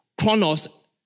Chronos